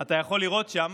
אתה יכול לראות שם